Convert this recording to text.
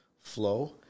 flow